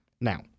Now